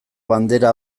bandera